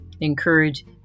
encourage